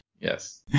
Yes